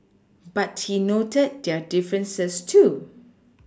but he noted their differences too